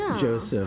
Joseph